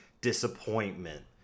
disappointment